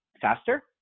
faster